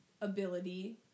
ability